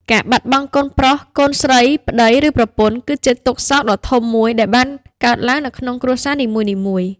ការបាត់បង់កូនប្រុស កូនស្រី ប្តី ឬប្រពន្ធគឺជាទុក្ខសោកដ៏ធំមួយដែលបានកើតឡើងនៅក្នុងគ្រួសារនីមួយៗ។